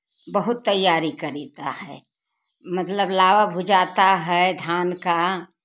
बहुत तैयारी करते हैं मतलब लावा भूजते हैं धान का